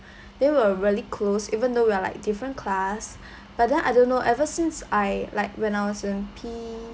then we're really close even though we are like different class but then I don't know ever since I like when I was in P